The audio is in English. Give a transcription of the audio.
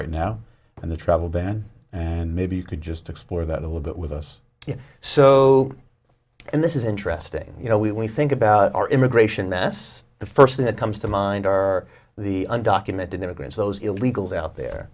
right now and the travel ban and maybe you could just explore that a little bit with us so this is interesting you know we we think about our immigration mess the first thing that comes to mind are the undocumented immigrants those illegals out there